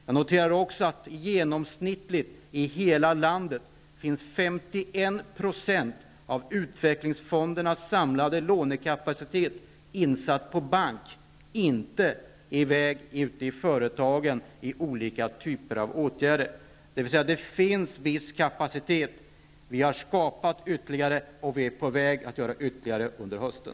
Jag noterar också att genomsnittligt i hela landet finns 51 % av utvecklingsfondernas samlade lånekapacitet insatt på bank, inte på väg ut till företagen i form av olika åtgärder. Det finns viss kapacitet. Vi har skapat ytterligare kapacitet och är på väg att göra ytterligare insatser under hösten.